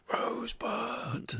rosebud